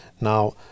Now